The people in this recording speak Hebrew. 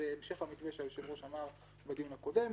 בהמשך למתווה שהיושב-ראש אמר בדיון הקודם,